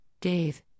Dave